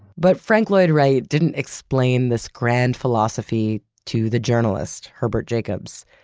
but frank lloyd wright didn't explain this grand philosophy to the journalist herbert jacobs,